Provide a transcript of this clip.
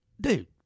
dude